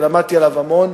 ולמדתי עליו המון.